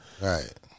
right